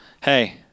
Hey